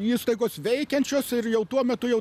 įstaigos veikiančios ir jau tuo metu jau